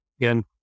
again